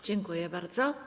Dziękuję bardzo.